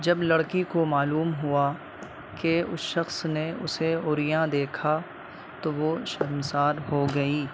جب لڑکی کو معلوم ہوا کہ اس شخص نے اسے عریاں دیکھا تو وہ شرمسار ہو گئی